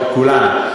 כולם.